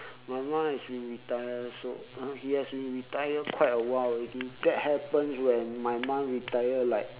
my ma has been retired so uh she has been retired quite a while already that happens when my mum retired like